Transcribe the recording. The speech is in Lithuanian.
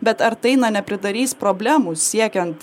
bet ar tai na nepridarys problemų siekiant